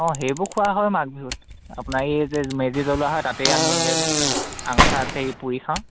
অঁ সেইবোৰ খোৱা হয় মাঘ বিহুত আপোনাৰ এই যে মেজি জ্বলোৱা হয় তাতেই আমি এনেকে আঙঠাত পুৰি খাওঁ